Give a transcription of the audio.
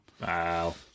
Wow